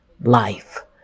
life